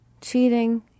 cheating